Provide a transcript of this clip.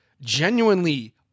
genuinely